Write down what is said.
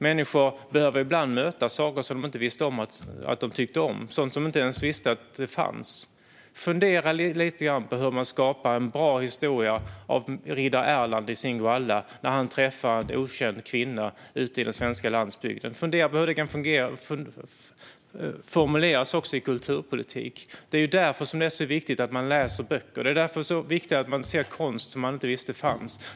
Människor behöver ibland möta saker som de inte ens visste fanns. Fundera lite grann på hur man skapar en bra historia för riddare Erland i Singoalla när han träffar en okänd kvinna ute på den svenska landsbygden! Fundera på hur det kan formuleras också i kulturpolitiken! Det är ju därför som det är så viktigt att man läser böcker och ser konst som man inte visste fanns.